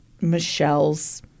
Michelle's